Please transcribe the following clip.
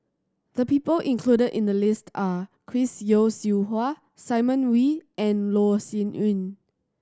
the people included in the list are Chris Yeo Siew Hua Simon Wee and Loh Sin Yun